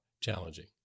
challenging